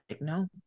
no